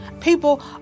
People